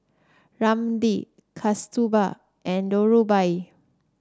Ramdev Kasturba and Dhirubhai